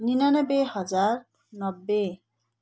निनानब्बे हजार नब्बे